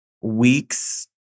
weeks